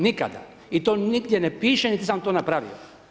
Nikada i to nigdje ne piše, niti sam to napravio.